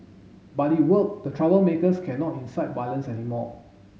but it worked the troublemakers cannot incite violence anymore